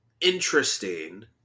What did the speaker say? interesting